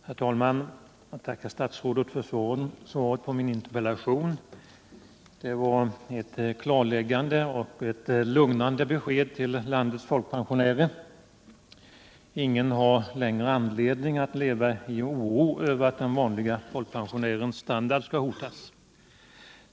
Herr talman! Jag tackar statsrådet för svaret på min interpellation. Det innebar ett klarläggande och lugnande besked till landets folkpensionärer. Ingen har längre anledning att leva i oro över att den vanliga folkpensionärens standard är hotad.